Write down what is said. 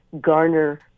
garner